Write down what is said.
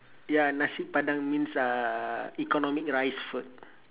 ya nasi padang means uhh economic rice food